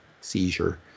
seizure